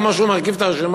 כמו שהוא מרכיב את הרשימה?